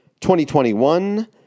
2021